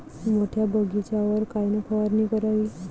मोठ्या बगीचावर कायन फवारनी करावी?